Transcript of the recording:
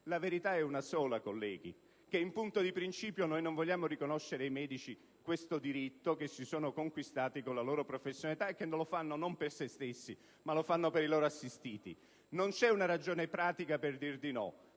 La verità è una sola, colleghi: in linea di principio, non si vuole riconoscere ai medici un diritto che si sono conquistati con la loro professionalità, cosa che non fanno per se stessi, ma per i loro assistiti. Non c'è una ragione pratica per dire di no,